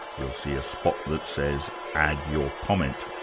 you'll see a spot that says add your comment.